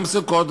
גם סוכות,